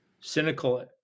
cynical